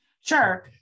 Sure